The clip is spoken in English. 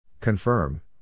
Confirm